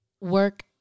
work